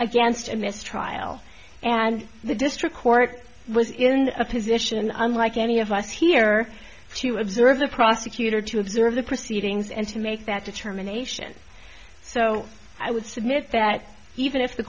this trial and the district court was in a position unlike any of us here to observe the prosecutor to observe the proceedings and to make that determination so i would submit that even if the